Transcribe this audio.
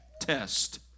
test